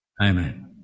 Amen